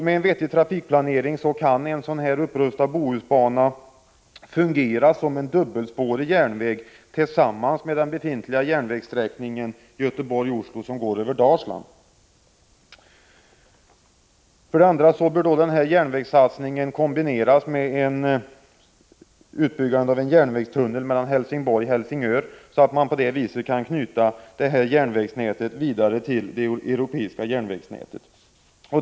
Med en vettig trafikplanering kan en sådan upprustad Bohusbana fungera som en dubbelspårig järnväg tillsammans med den befintliga järnvägssträckningen Göteborg-Oslo, som går över Dalsland. 2. Den järnvägssatsningen bör kombineras med utbyggnaden av en järnvägstunnel Helsingborg-Helsingör, så att man på det viset kan knyta detta järnvägsnät till det europeiska järnvägsnätet.